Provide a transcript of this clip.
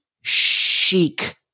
chic